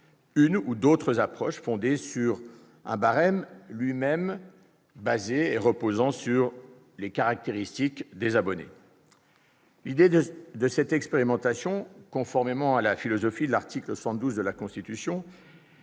une autre approche fondée sur un barème reposant lui-même sur les caractéristiques des abonnés. L'idée de cette expérimentation, conformément à la philosophie de l'article 72 de la Constitution,